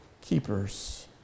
keepers